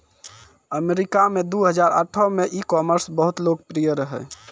अमरीका मे दु हजार आठो मे ई कामर्स बहुते लोकप्रिय रहै